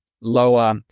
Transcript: lower